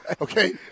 Okay